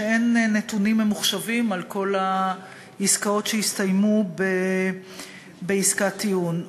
שאין נתונים ממוחשבים על כל התיקים שהסתיימו בעסקת טיעון.